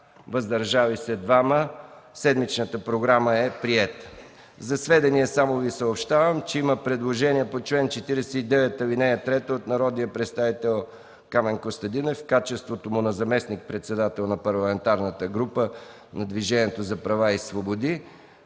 въздържали се 2. Седмичната програма е приета. За сведение Ви съобщавам, че има предложение по чл. 49, ал. 3 от народния представител Камен Костадинов в качеството му на заместник-председател на Парламентарната група на Движението за права и свободи